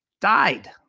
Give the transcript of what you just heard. died